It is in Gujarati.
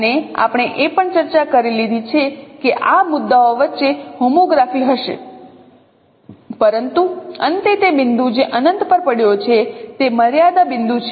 અને આપણે એ પણ ચર્ચા કરી લીધી છે કે આ મુદ્દાઓ વચ્ચે હોમોગ્રાફી હશે પરંતુ અંતે તે બિંદુ જે અનંત પર પડ્યો છે તે મર્યાદા બિંદુ છે